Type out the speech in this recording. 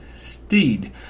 steed